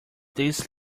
this